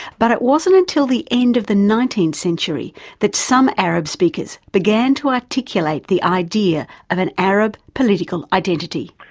but it wasn't until the end of the nineteenth century that some arab speakers began to articulate the idea of an arab political identity.